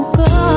go